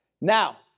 Now